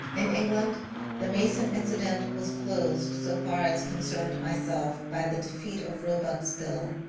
in england the mason incident was closed so far as con cerned myself by the defeat of roebuck's bill,